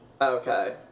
Okay